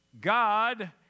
God